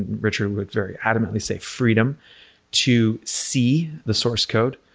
richard would very adamantly say freedom to see the source code,